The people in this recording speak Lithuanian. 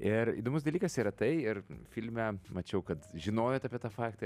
ir įdomus dalykas yra tai ir filme mačiau kad žinojot apie tą faktą